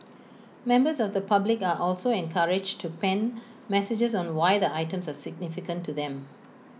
members of the public are also encouraged to pen messages on why the items are significant to them